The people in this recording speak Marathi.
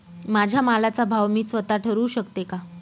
माझ्या मालाचा भाव मी स्वत: ठरवू शकते का?